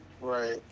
Right